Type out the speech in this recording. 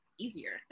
easier